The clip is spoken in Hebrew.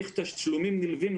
יש תשלומים נלווים,